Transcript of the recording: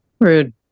rude